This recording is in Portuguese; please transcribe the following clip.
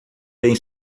bem